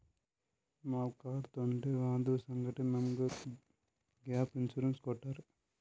ನಾವ್ ಕಾರ್ ತೊಂಡಿವ್ ಅದುರ್ ಸಂಗಾಟೆ ನಮುಗ್ ಗ್ಯಾಪ್ ಇನ್ಸೂರೆನ್ಸ್ ಕೊಟ್ಟಾರ್